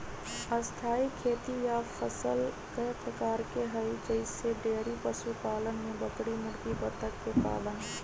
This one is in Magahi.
स्थाई खेती या फसल कय प्रकार के हई जईसे डेइरी पशुपालन में बकरी मुर्गी बत्तख के पालन